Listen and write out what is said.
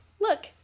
look